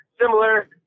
Similar